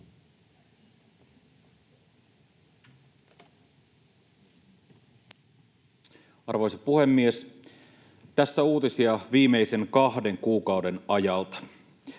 Arvoisa puhemies! Tässä uutisia viimeisen kahden kuukauden ajalta: